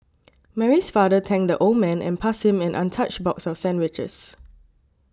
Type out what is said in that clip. Mary's father thanked the old man and passed him an untouched box of sandwiches